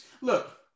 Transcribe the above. Look